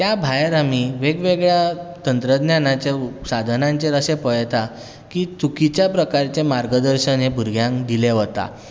त्या भायर आमी वेगवेगळ्या तंत्रन्यानाच्या साधनांचेर अशें पळयतात की चुकीच्या प्रकारचें मार्गदर्शन हें भुरग्यांक दिलें वतां